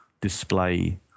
display